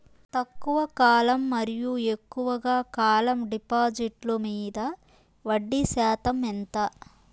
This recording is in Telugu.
తక్కువ కాలం మరియు ఎక్కువగా కాలం డిపాజిట్లు మీద వడ్డీ శాతం ఎంత?